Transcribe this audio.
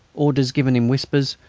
orders given in whispers,